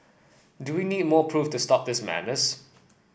do we need more proof to stop this madness